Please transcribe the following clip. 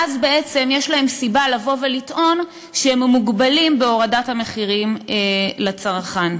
ואז בעצם יש להם סיבה לבוא ולטעון שהם מוגבלים בהורדת המחירים לצרכן.